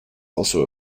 also